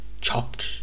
chopped